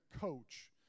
coach